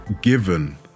given